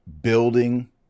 Building